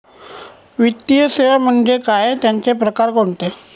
वित्तीय सेवा म्हणजे काय? त्यांचे प्रकार कोणते?